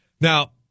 Now